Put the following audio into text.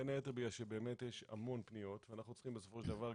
בין היתר בגלל שבאמת יש המון פניות ואנחנו צריכים